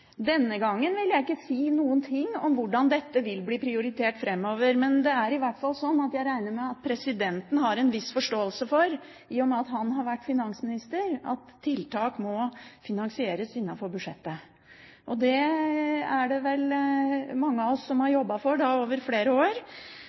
Denne gangen vil jeg ikke si noen ting om hvordan dette vil bli prioritert framover, men det er i hvert fall sånn at jeg regner med at presidenten har en viss forståelse for, i og med at han har vært finansminister, at tiltak må finansieres innenfor budsjettet. Det er det vel mange av oss som har